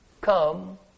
come